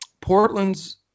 Portland's